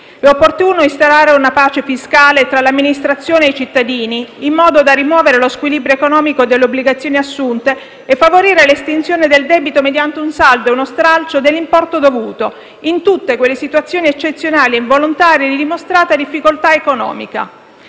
È opportuno instaurare una pace fiscale tra l'amministrazione e i cittadini, in modo da rimuovere lo squilibrio economico delle obbligazioni assunte e favorire l'estinzione del debito mediante un saldo e uno stralcio dell'importo dovuto, in tutte quelle situazioni eccezionali e involontarie di dimostrata difficoltà economica.